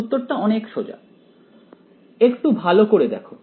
উত্তরটা অনেক সহজ একটু ভালো করে দেখো